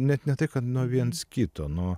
net ne tai kad nuo viens kito nuo